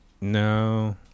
No